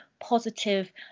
positive